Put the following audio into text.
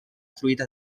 truita